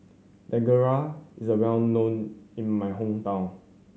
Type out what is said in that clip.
dangojiru is well known in my hometown